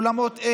אולמות,